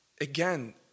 again